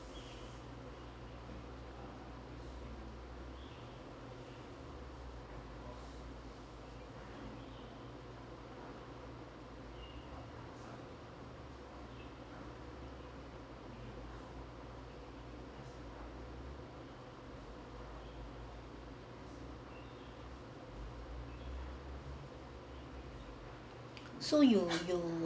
so you you